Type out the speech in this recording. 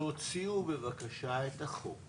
תוציאו בבקשה את החוק